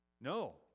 no